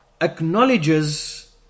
acknowledges